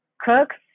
cooks